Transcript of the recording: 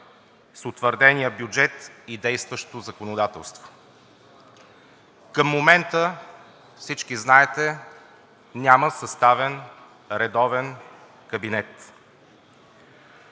с утвърдения бюджет и действащото законодателство. Към момента, всички знаете, няма съставен редовен кабинет.